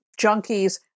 junkies